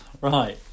Right